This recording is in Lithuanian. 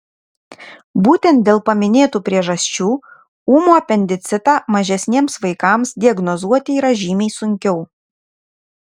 būtent dėl paminėtų priežasčių ūmų apendicitą mažesniems vaikams diagnozuoti yra žymiai sunkiau